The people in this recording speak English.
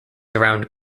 around